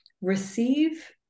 receive